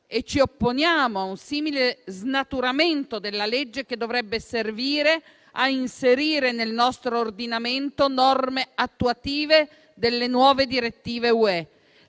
e ci opponiamo a un simile snaturamento della legge che dovrebbe servire a inserire nel nostro ordinamento norme attuative delle nuove direttive UE.